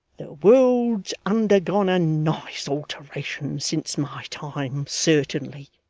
the world's undergone a nice alteration since my time, certainly.